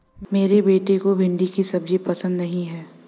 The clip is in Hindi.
मेरे बेटे को भिंडी की सब्जी पसंद नहीं है